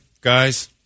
guys